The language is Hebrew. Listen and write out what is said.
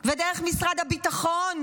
ודרך משרד הביטחון,